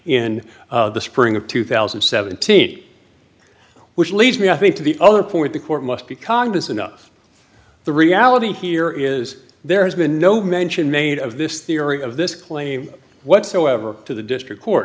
in the spring of two thousand and seventeen which leads me to the other point the court must be congress enough the reality here is there has been no mention made of this theory of this claim whatsoever to the district court